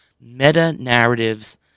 meta-narratives